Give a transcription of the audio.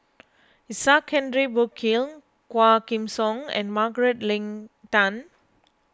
Isaac Henry Burkill Quah Kim Song and Margaret Leng Tan